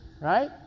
right